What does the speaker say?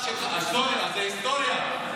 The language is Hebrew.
היסטוריה, זו ההיסטוריה.